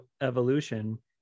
evolution